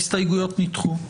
הצבעה ההסתייגויות לא התקבלו.